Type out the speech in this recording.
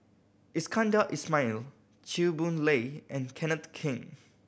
Iskandar Ismail Chew Boon Lay and Kenneth Keng